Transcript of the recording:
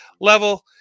level